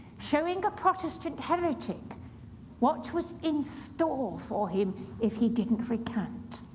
showing a protestant heretic what was in store for him if he didn't recant,